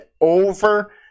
over